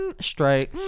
straight